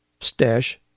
stash